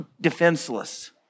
defenseless